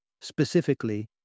specifically